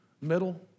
middle